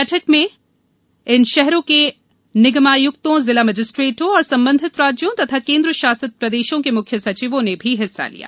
बैठक में इन शहरों के निगमायुक्तों जिला मजिस्ट्रेटों और संबंधित राज्यों तथा केन्द्र शासित प्रदेशों के म्ख्य सचिवों ने भी हिस्सा लिया